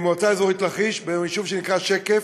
במועצה אזורית לכיש על יישוב שנקרא שקף,